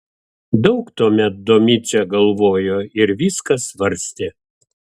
daug tuomet domicė galvojo ir viską svarstė